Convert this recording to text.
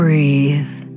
Breathe